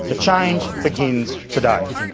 the change begins today.